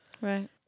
Right